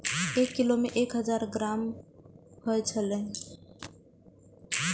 एक किलोग्राम में एक हजार ग्राम होयत छला